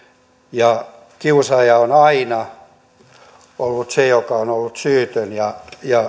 kiusaaja on aina ollut se joka on ollut syytön ja